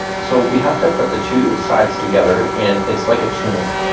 so we have to put the two sides together, and it's like a tunic.